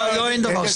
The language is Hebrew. אין דבר כזה?